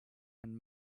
and